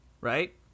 Right